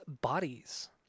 Bodies